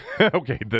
Okay